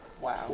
Wow